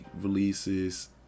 releases